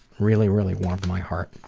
really, really warmed my heart.